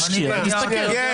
תשקיע ותסתכל.